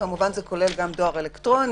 כמובן זה כולל גם דואר אלקטרוני,